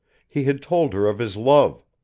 he had told her of his love,